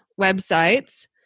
websites